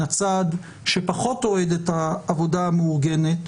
הצד שפחות אוהד את העבודה המאורגנת,